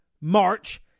March